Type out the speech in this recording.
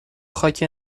خاک